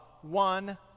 one